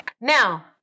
Now